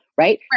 Right